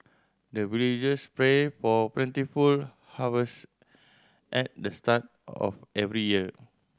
the villagers pray for plentiful harvest at the start of every year